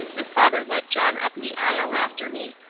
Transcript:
and father led john up the aisle after me.